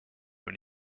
this